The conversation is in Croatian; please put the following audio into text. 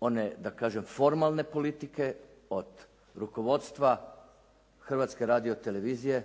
one da kažem formalne politike od rukovodstva Hrvatske radiotelevizije,